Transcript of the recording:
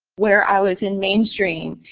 where i was in mainstream.